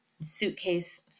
suitcase